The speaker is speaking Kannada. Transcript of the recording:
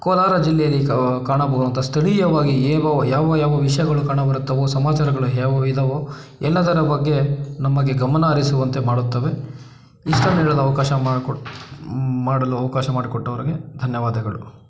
ಕೋಲಾರ ಜಿಲ್ಲೆಯಲ್ಲಿ ಕಾಣಬಹುದಂಥ ಸ್ಥಳೀಯವಾಗಿ ಯಾವ ಯಾವ ಯಾವ ವಿಷಯಗಳು ಕಾಣಬರುತ್ತವೋ ಸಮಾಚಾರಗಳು ಯಾವುವು ಇದವೋ ಎಲ್ಲದರ ಬಗ್ಗೆ ನಮಗೆ ಗಮನ ಹರಿಸುವಂತೆ ಮಾಡುತ್ತವೆ ಇಷ್ಟನ್ನ ಹೇಳಲು ಅವಕಾಶ ಮಾಡಿಕೋ ಮಾಡಲು ಅವಕಾಶ ಮಾಡ್ಕೊಟ್ಟವ್ರ್ಗೆ ಧನ್ಯವಾದಗಳು